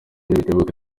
bitebuke